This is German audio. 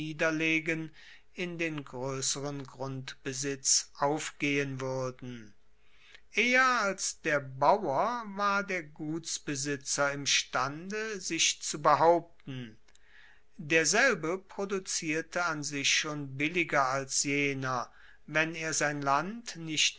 niederlegen in den groesseren grundbesitz aufgehen wuerden eher als der bauer war der gutsbesitzer imstande sich zu behaupten derselbe produzierte an sich schon billiger als jener wenn er sein land nicht